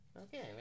Okay